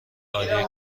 عالیه